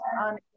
on